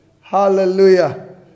Hallelujah